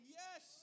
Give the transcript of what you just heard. yes